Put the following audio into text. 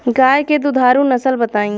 गाय के दुधारू नसल बताई?